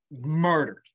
murdered